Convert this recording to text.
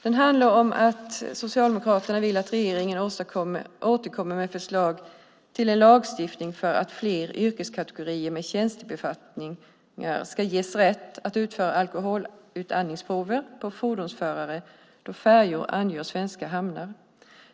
Den handlar om att Socialdemokraterna vill att regeringen återkommer med förslag till en lagstiftning för att fler yrkeskategorier med tjänstebefattning ska ges rätt att utföra alkoholutandningsprover på fordonsförare då färjor angör svenska hamnar.